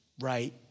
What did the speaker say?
right